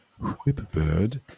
whipbird